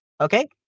Okay